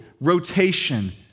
rotation